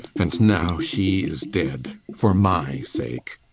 and now she is dead for my sake.